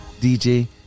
DJ